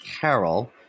carol